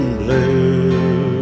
blue